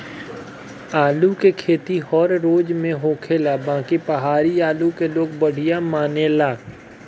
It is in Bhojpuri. आलू के खेती हर राज में होखेला बाकि पहाड़ी आलू के लोग बढ़िया मानेला